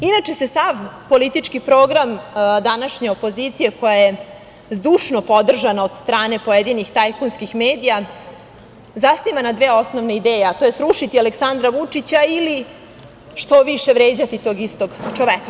Inače se sav politički program današnje opozicije koja je zdušno podržana od strane pojedinih tajkunskih medija zasniva na dve osnovne ideje, a to je - srušiti Aleksandra Vučića ili što više vređati tog istog čoveka.